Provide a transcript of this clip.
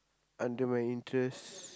under my interest